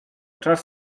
czas